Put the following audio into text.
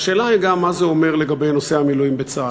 השאלה היא גם מה זה אומר לגבי נושא המילואים בצה"ל.